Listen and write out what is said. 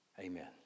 Amen